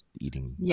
eating